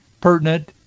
pertinent